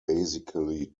basically